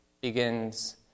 begins